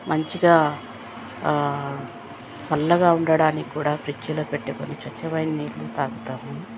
మంచిగా చల్లగా ఉండడానికి కూడా ఫ్రిజ్లో పెట్టుకుని స్వచ్ఛమైన నీళ్ళు తాగుతాను